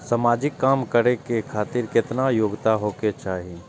समाजिक काम करें खातिर केतना योग्यता होके चाही?